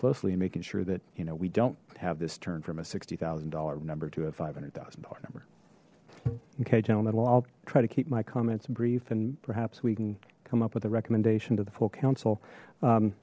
closely and making sure that you know we don't have this turn from a sixty thousand dollars number to a five hundred thousand dollars number okay gentlemen i'll try to keep my comments brief and perhaps we can come up with a recommendation to the full council